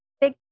big